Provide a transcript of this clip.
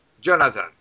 Jonathan